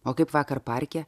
o kaip vakar parke